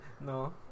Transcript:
No